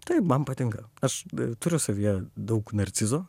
taip man patinka aš turiu savyje daug narcizo